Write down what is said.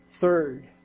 third